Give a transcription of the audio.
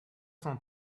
cent